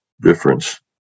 difference